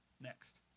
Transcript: Next